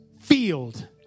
field